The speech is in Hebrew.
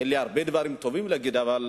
אין לי הרבה דברים טובים להגיד עליה,